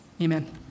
Amen